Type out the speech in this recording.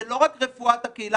זה לא רק רפואת הקהילה,